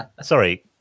sorry